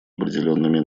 определенными